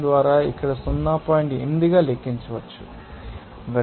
8 గా లెక్కించవచ్చు